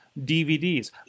DVDs